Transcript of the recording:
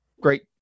great